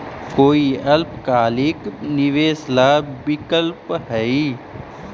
कोई अल्पकालिक निवेश ला विकल्प हई?